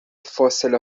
فاصله